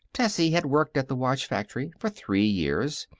tessie had worked at the watch factory for three years,